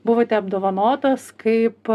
buvote apdovanotos kaip